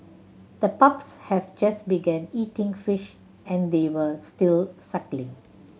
the pups have just began eating fish and they were still suckling